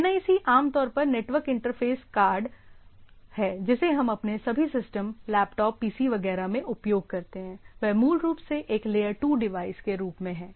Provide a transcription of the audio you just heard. NIC आमतौर पर network interface card है जिसे हम अपने सभी सिस्टम लैपटॉप पीसी वगैरह में उपयोग करते हैं वह मूल रूप से एक लेयर 2 डिवाइस के रूप में हैं